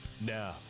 Now